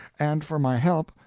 and for my help,